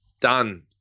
done